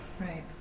Right